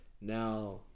Now